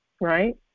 right